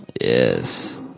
Yes